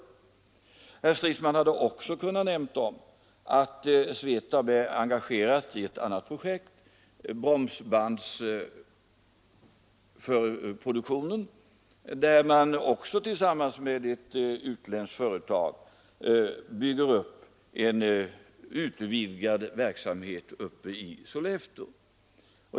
Herr Stridsman hade också kunnat nämna att SVETAB är engagerad i ett annat projekt, bromsbandsproduktionen, där man tillsammans med ett utländskt företag bygger upp en utvidgad verksamhet i Sollefteå.